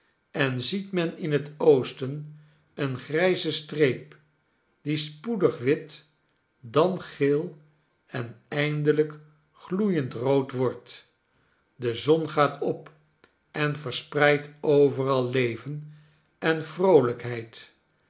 en ziet men in het oosten eene grijze streep die spoedig wit dan geel en eindehjk gloeiend rood wordt de zon gaat op en verspreidt overal leven en vroolijkheid